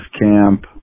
camp